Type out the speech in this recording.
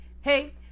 hey